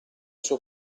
sua